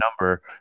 number